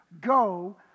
Go